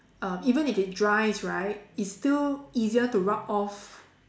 um even if it dries right it's still easier to rub off